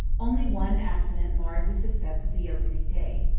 only one accident marred the success of the opening day.